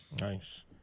nice